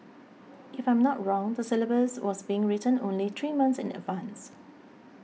if I'm not wrong the syllabus was being written only three months in advance